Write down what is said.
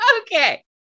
Okay